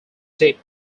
deep